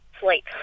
sleep